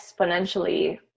exponentially